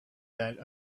that